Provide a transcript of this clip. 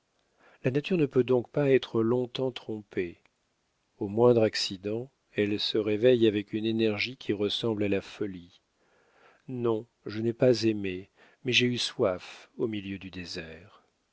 la nature ne peut donc pas être longtemps trompée au moindre accident elle se réveille avec une énergie qui ressemble à la folie non je n'ai pas aimé mais j'ai eu soif au milieu du désert